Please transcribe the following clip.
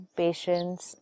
patience